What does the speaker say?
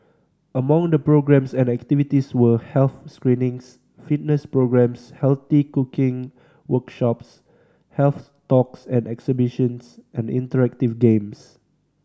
among the programmes and activities were health screenings fitness programmes healthy cooking workshops health talks and exhibitions and interactive games